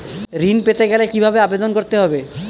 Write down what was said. ঋণ পেতে গেলে কিভাবে আবেদন করতে হবে?